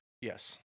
yes